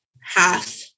half